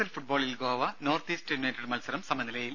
L ഫുട്ബോളിൽ Goa North East United മത്സരം സമനിലയിൽ